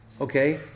Okay